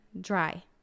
dry